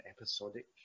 episodic